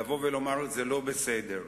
לבוא ולומר שזה לא בסדר.